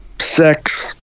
sex